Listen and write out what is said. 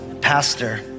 pastor